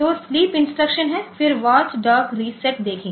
तो sleep instruction है फिर वाच डॉग रीसेट देखें